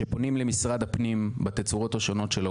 כשפונים למשרד הפנים בתצורות השונות שלו,